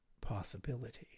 possibility